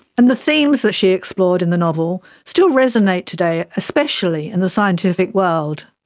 and the themes that she explored in the novel still resonate today, especially in the scientific world.